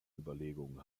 überlegungen